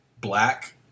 black